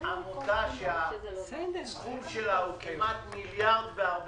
בעמותה שהסכום שלה הוא כמעט מיליארד 400